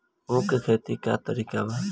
उख के खेती का तरीका का बा?